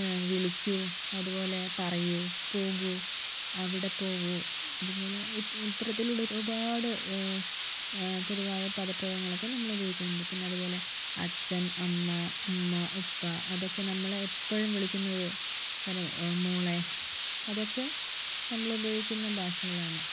വിളിക്കൂ അതുപോലെ പറയൂ പോകൂ അവിടെ പോകു അതുപോലെ ഇത്രത്തിലുള്ള ഒരുപാട് പൊതുവായ പദപ്രയോഗങ്ങളൊക്കെ നമ്മൾ ഉപയോഗിക്കുന്നുണ്ട് പിന്നതുപോലെ അച്ഛൻ അമ്മ ഉമ്മ ഉപ്പ അതൊക്കെ നമ്മള് എപ്പഴും വിളിക്കുന്ന ഒരു കാര്യം മോളെ അതൊക്കെ നമ്മളുപയോഗിക്കുന്ന ഭാഷകളാണ്